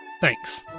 Thanks